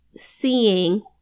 seeing